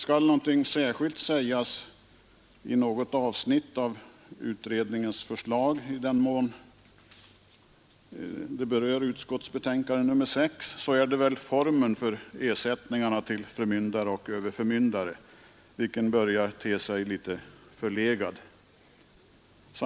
Skall någonting särskilt sägas om något avsnitt av utredningens förslag som berör betänkande nr 6, så är det att formen för ersättningen till förmyndare och överförmyndare börjar te sig litet förlegad.